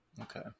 Okay